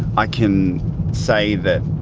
i can say that